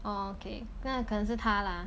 orh okay 那可能是他啦